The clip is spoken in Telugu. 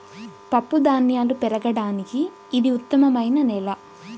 పప్పుధాన్యాలు పెరగడానికి ఇది ఉత్తమమైన నేల